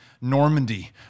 Normandy